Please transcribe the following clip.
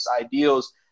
ideals